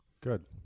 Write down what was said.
Good